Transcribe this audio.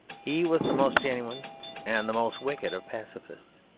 he was the most genuine and the most wicked of pacifists.